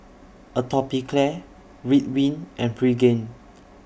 Atopiclair Ridwind and Pregain